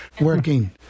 working